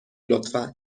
لطفا